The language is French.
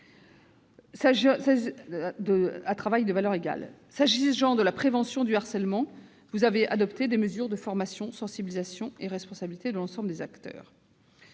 S'agissant de la prévention du harcèlement, vous avez adopté des mesures de formation, de sensibilisation et de responsabilité pour l'ensemble des acteurs.